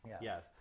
Yes